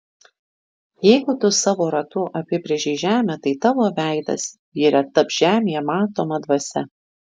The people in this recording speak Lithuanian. jeigu tu savo ratu apibrėžei žemę tai tavo veidas vyre taps žemėje matoma dvasia